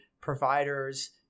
providers